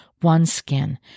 OneSkin